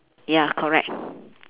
ya correct